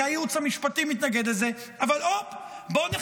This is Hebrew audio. כי הייעוץ המשפטי מתנגד לזה,